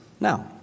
Now